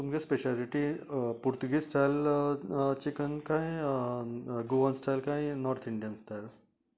तुमगे speciality Portuguese style chicken काय Goan style काय नॉर्थ इंडियन स्टायल